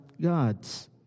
gods